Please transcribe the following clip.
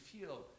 feel